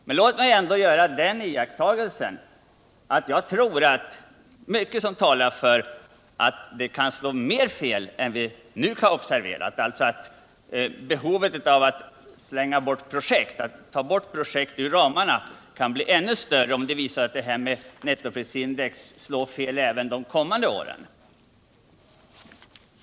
Men låt mig ändå göra den iakttagelsen att mycket talar för att behovet att ta bort projekt ur ramarna kan bli ännu större också de allra närmaste åren.